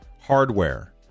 hardware